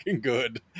good